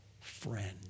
friend